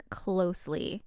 closely